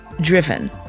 driven